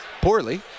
poorly